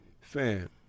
Fam